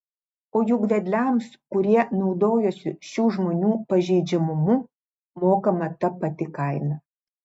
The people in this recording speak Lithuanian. o juk vedliams kurie naudojosi šių žmonių pažeidžiamumu mokama ta pati kaina